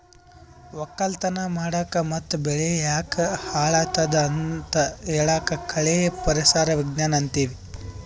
ವಕ್ಕಲತನ್ ಮಾಡಕ್ ಮತ್ತ್ ಬೆಳಿ ಯಾಕ್ ಹಾಳಾದತ್ ಅಂತ್ ಹೇಳಾಕ್ ಕಳಿ ಪರಿಸರ್ ವಿಜ್ಞಾನ್ ಅಂತೀವಿ